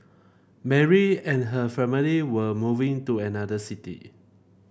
Mary and her family were moving to another city